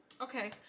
okay